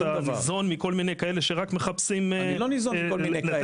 אתה ניזון מכל מיני כאלה שרק מחפשים --- אני לא ניזון מכל מיני כאלה.